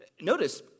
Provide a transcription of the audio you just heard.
Notice